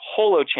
Holochain